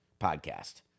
podcast